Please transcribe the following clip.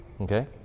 okay